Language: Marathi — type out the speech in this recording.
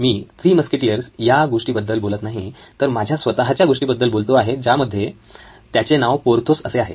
मी थ्री मस्केटिअर्स या गोष्टी बद्दल बोलत नाही तर माझ्या स्वतःच्या गोष्टीबद्दल बोलतो आहे ज्यामध्ये त्याचे नाव 'पोर्थोस' असे आहे